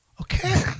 Okay